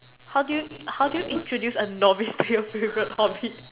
how do you how do you introduce a novice to your favourite hobby